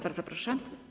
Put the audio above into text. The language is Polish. Bardzo proszę.